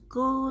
go